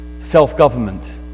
self-government